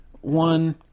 One